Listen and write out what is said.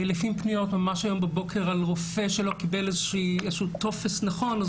קיבלתי פנייה ממש היום בבוקר על רופא שלא קיבל איזשהו טופס נכון,